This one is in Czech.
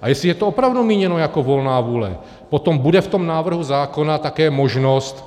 A jestli je to opravdu míněno jako volná vůle, potom bude v tom návrhu zákona také možnost,